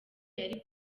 yari